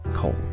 cold